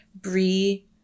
brie